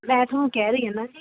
ਮੈਂ ਤੁਹਾਨੂੰ ਕਹਿ ਰਹੀ ਆ ਨਾ ਜੀ